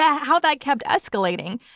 yeah how that kept escalating,